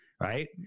right